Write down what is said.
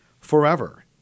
forever